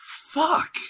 Fuck